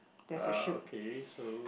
uh okay so